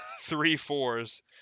three-fours